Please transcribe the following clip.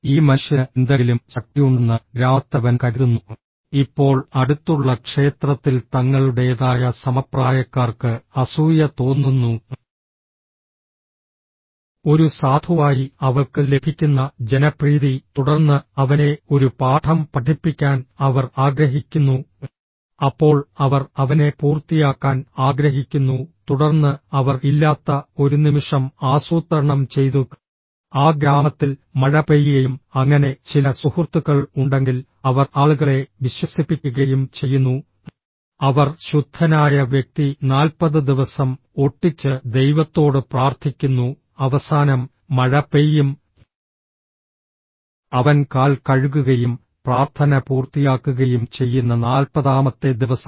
ഈ മനുഷ്യന് എന്തെങ്കിലും ശക്തിയുണ്ടെന്ന് ഗ്രാമത്തലവൻ കരുതുന്നു ഇപ്പോൾ അടുത്തുള്ള ക്ഷേത്രത്തിൽ തങ്ങളുടേതായ സമപ്രായക്കാർക്ക് അസൂയ തോന്നുന്നു ഒരു സാധുവായി അവൾക്ക് ലഭിക്കുന്ന ജനപ്രീതി തുടർന്ന് അവനെ ഒരു പാഠം പഠിപ്പിക്കാൻ അവർ ആഗ്രഹിക്കുന്നു അപ്പോൾ അവർ അവനെ പൂർത്തിയാക്കാൻ ആഗ്രഹിക്കുന്നു തുടർന്ന് അവർ ഇല്ലാത്ത ഒരു നിമിഷം ആസൂത്രണം ചെയ്തു ആ ഗ്രാമത്തിൽ മഴ പെയ്യുകയും അങ്ങനെ ചില സുഹൃത്തുക്കൾ ഉണ്ടെങ്കിൽ അവർ ആളുകളെ വിശ്വസിപ്പിക്കുകയും ചെയ്യുന്നു അവർ ശുദ്ധനായ വ്യക്തി നാൽപ്പത് ദിവസം ഒട്ടിച്ച് ദൈവത്തോട് പ്രാർത്ഥിക്കുന്നു അവസാനം മഴ പെയ്യും അവൻ കാൽ കഴുകുകയും പ്രാർത്ഥന പൂർത്തിയാക്കുകയും ചെയ്യുന്ന നാൽപതാമത്തെ ദിവസം